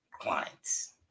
clients